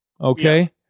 Okay